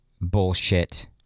bullshit